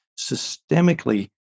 systemically